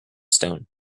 stone